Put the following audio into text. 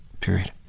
Period